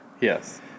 Yes